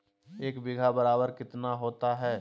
एक बीघा बराबर कितना होता है?